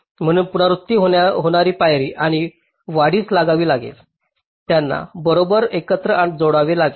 म्हणून पुनरावृत्ती होणारी पायरी आणि वाढीस लागावी लागेल त्यांना बरोबर बरोबर एकत्र जावे लागेल